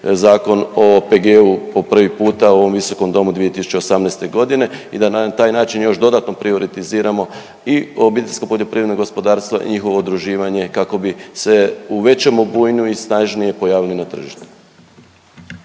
Zakon o OPG-u po prvi puta u ovom visokom domu 2018. godine i da na taj način još dodatno prioritiziramo i obiteljska poljoprivredna gospodarstva i njihovo udruživanje kako bi se u većem obujmu i snažnije pojavili na tržištu.